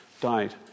died